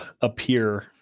appear